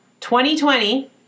2020